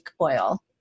oil